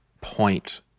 point